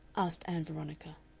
asked ann veronica.